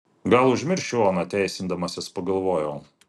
gal užmiršiu oną teisindamasis pagalvojau